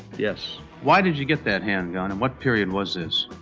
yes why did you get that handgun, and what period was this?